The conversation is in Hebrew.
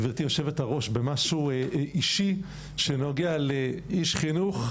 גברתי יושבת הראש במשהו אישי שנוגע לאיש חינוך,